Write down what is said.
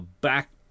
Back